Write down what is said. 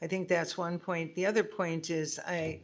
i think that's one point. the other point is i